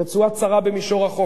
רצועה צרה במישור החוף.